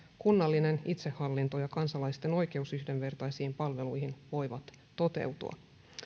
kunnallinen itsehallinto ja kansalaisten oikeus yhdenvertaisiin palveluihin voivat toteutua